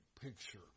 picture